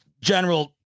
general